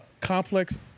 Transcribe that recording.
Complex